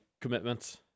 commitments